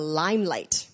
limelight 。